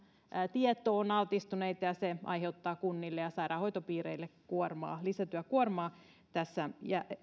tietoon altistuneita ja se aiheuttaa kunnille ja sairaanhoitopiireille lisätyökuormaa tässä